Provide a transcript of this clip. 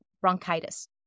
bronchitis